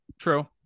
True